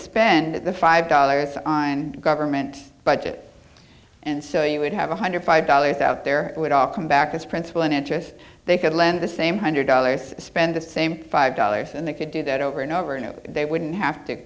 spend the five dollars on government budget and so you would have one hundred five dollars out there would all come back as principal and interest they could lend the same hundred dollars spend the same five dollars and they could do that over and over and over they wouldn't have to